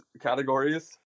categories